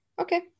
Okay